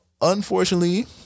Unfortunately